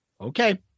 Okay